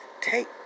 take